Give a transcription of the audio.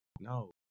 no